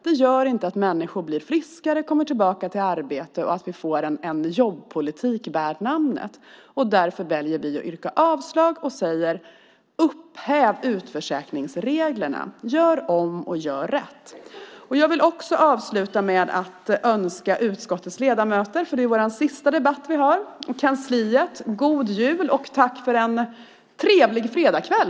Det gör inte att människor blir friskare, kommer tillbaka till arbete och att vi får en jobbpolitik värd namnet. Därför väljer vi att yrka avslag och säger: Upphäv utförsäkringsreglerna! Gör om och gör rätt! Jag vill avsluta med att önska utskottets ledamöter och kansliet god jul. Det är vår sista debatt. Tack för en trevlig fredagskväll!